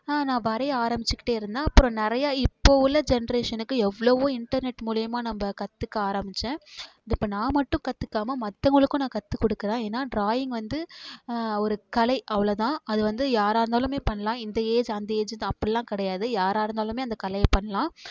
நான் வரைய ஆரமிச்சுக்கிட்டே இருந்தேன் அப்புறம் நிறைய இப்போ உள்ள ஜென்ரேஷனுக்கு எவ்வளோவோ இன்டர்நெட் மூலிமா நம்ம கற்றுக்க ஆரமிச்சேன் அது இப்போ நான் மட்டும் கற்றுக்காம மற்றவங்களுக்கும் நான் கத்துக்கொடுக்குறன் ஏன்னா ட்ராயிங் வந்து ஒரு கலை அவ்வளோதான் அது வந்து யாராக இருந்தாலுமே பண்ணலாம் இந்த ஏஜ் அந்த ஏஜ் அப்படிலான் கிடையாது யாராக இருந்தாலுமே அந்த கலையை பண்ணலாம்